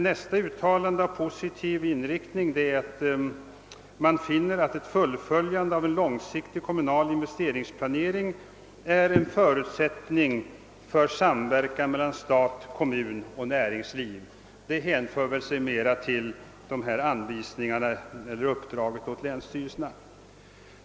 Nästa uttalande av positiv inriktning är att ett fullföljande av en långsiktig kommunal investeringsplanering enligt utskottet är en förutsättning för samverkan mellan stat, kommuner och näringsliv. Detta hänför sig väl mera till uppdraget åt länsstyrelserna.